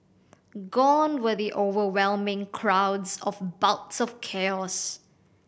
gone were the overwhelming crowds of bouts of chaos